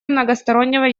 многостороннего